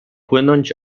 płynąć